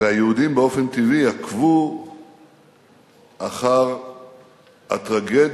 והיהודים באופן טבעי עקבו אחר הטרגדיה